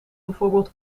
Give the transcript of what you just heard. bijvoorbeeld